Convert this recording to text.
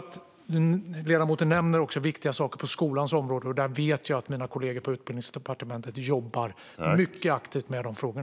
Ledamoten nämner också viktiga saker på skolans område, och jag vet att mina kollegor på Utbildningsdepartementet jobbar mycket aktivt med dessa frågor.